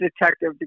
detective